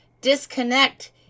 disconnect